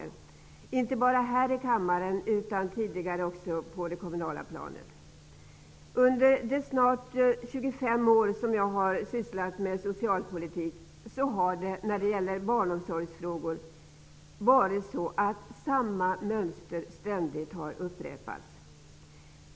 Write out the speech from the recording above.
Jag har inte bara hört den här i kammaren utan även tidigare på det kommunala planet. Under de snart 25 år som jag har sysslat med socialpolitik har när det gäller barnomsorgsfrågor samma mönster ständigt upprepats.